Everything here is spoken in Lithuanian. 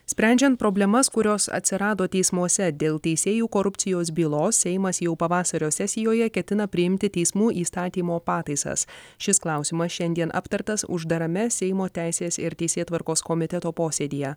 sprendžiant problemas kurios atsirado teismuose dėl teisėjų korupcijos bylos seimas jau pavasario sesijoje ketina priimti teismų įstatymo pataisas šis klausimas šiandien aptartas uždarame seimo teisės ir teisėtvarkos komiteto posėdyje